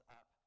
up